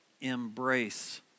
Embrace